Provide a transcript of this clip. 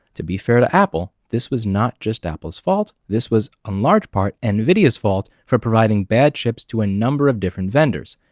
to be fair to apple, this was not just apple's fault. this was, in a large part, nvidia's fault for providing bad chips to a number of different vendors.